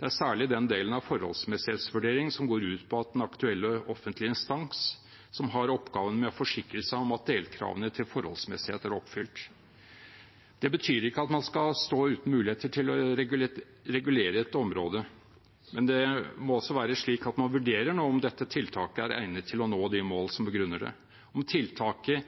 Det er særlig den delen av forholdsmessighetsvurderingen som går ut på at det er den aktuelle offentlige instans som har oppgaven med å forsikre seg om at delkravene til forholdsmessighet er oppfylt. Det betyr ikke at man skal stå uten muligheter til å regulere et område, men det må også være slik at man vurderer om dette tiltaket er egnet til å nå de mål som begrunner det, om tiltaket